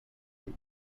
and